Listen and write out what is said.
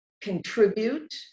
contribute